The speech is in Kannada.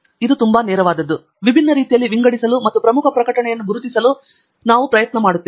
ಇದು ತುಂಬಾ ನೇರವಾದದ್ದು ವಿಭಿನ್ನ ರೀತಿಯಲ್ಲಿ ವಿಂಗಡಿಸಲು ಮತ್ತು ಪ್ರಮುಖ ಪ್ರಕಟಣೆಯನ್ನು ಗುರುತಿಸಲು ನಾವು ಪ್ರಯತ್ನಗಳನ್ನು ತೆಗೆದುಕೊಂಡಿದ್ದೇವೆ